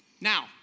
Now